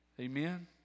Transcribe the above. Amen